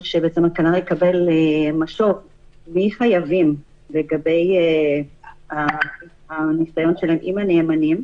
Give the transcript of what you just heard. שהכנ"ר יקבל משוב מחייבים לגבי הניסיון שלהם עם הנאמנים.